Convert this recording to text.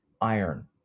iron